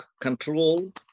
control